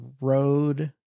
road